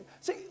see